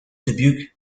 dubuque